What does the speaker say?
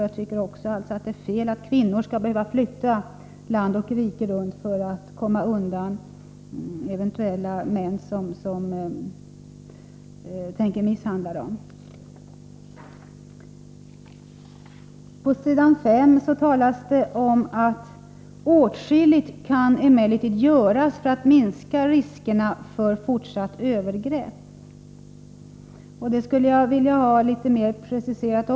Jag tycker också att det är fel att kvinnor skall behöva flytta land och rike runt för att kunna komma undan män som eventuellt kommer att misshandla dem. ”Åtskilligt kan emellertid göras för att minska riskerna för fortsatta övergrepp.” Detta skulle jag också vilja ha litet mer preciserat.